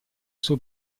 suo